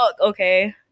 Okay